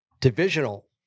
divisional